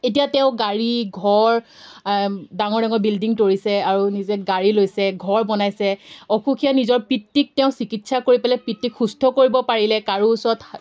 এতিয়া তেওঁ গাড়ী ঘৰ ডাঙৰ ডাঙৰ বিল্ডিং তৰিছে আৰু নিজে গাড়ী লৈছে ঘৰ বনাইছে অসুখীয়া নিজৰ পিতৃক তেওঁ চিকিৎসা কৰি পেলাই পিতৃক সুস্থ কৰিব পাৰিলে কাৰো ওচৰত